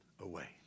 away